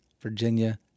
Virginia